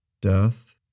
Death